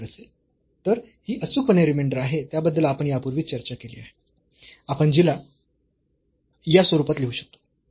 तर ही अचूकपणे रिमेंडर आहे त्याबद्दल आपण यापूर्वी चर्चा केली आहे आणि जिला आपण या स्वरूपात लिहू शकतो